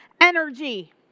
energy